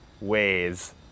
ways